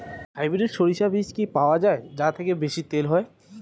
Hybrid শরিষা বীজ কি পাওয়া য়ায় যা থেকে বেশি তেল হয়?